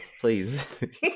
Please